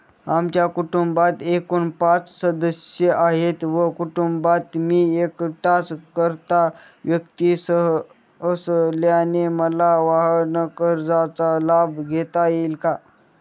आमच्या कुटुंबात एकूण पाच सदस्य आहेत व कुटुंबात मी एकटाच कर्ता व्यक्ती असल्याने मला वाहनकर्जाचा लाभ घेता येईल का?